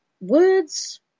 Words